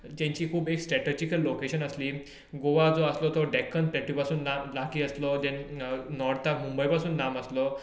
तांची खूब एक स्ट्रेटिर्जिकल लोकेशन आसली गोवा जो आसलो तो डॅकन प्लॅटू पासून लागीं आसलो दॅन नॉर्थाक मुंबय पसून लांब आसलो मात्सो